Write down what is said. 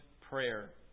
prayer